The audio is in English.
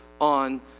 on